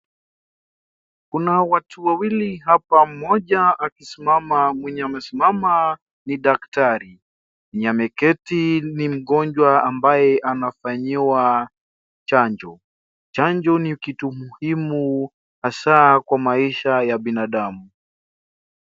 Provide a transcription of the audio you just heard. Kuna watu wawili hapa mmoja akisimama. Mwenye amesimama ni daktari, mwenye ameketi ni mgonjwa ambaye anafanyiwa chanjo. Chanjo ni kitu muhimu hasa kwa maisha ya binadamu.